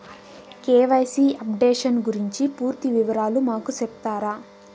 KYC updation గురించి పూర్తి వివరాలు మాకు సెప్తారా?